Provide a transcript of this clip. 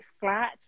flat